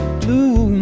blue